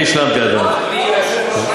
אני השלמתי, אדוני.